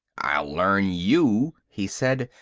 i'll learn you, he said,